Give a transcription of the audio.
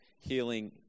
healing